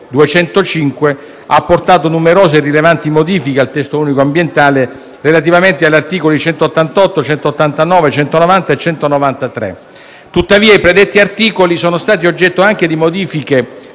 205 ha apportato numerose e rilevanti modifiche al testo unico ambientale relativamente agli articoli 188, 189, 190 e 193. Tuttavia, i predetti articoli sono stati oggetto anche di modifiche